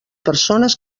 persones